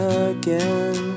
again